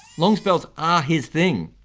long spells are his thing.